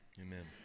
Amen